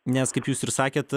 nes kaip jūs ir sakėt